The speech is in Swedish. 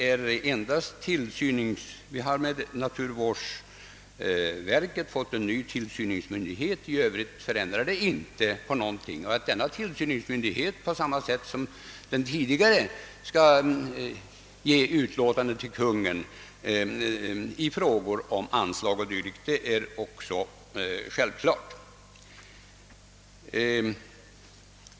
Vi har, herr Wikner, med naturvårdsverket fått en ny tillsynsmyndighet för jakt och viltvård, i övrigt förändras ingenting. Denna = tillsynsmyndighet skall på samma sätt som den tidigare lämna utlåtanden till Kungl. Maj:t i frågor om anslag och dylikt.